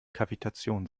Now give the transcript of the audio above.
kavitation